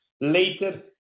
later